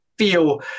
Feel